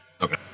okay